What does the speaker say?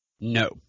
No